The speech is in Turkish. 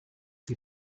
bir